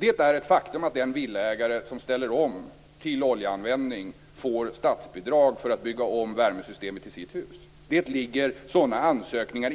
Det är ett faktum att den villaägare som ställer om till användning av olja får statsbidrag för att bygga om värmesystemet i sitt hus. Det finns sådana ansökningar